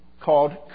called